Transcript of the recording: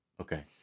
Okay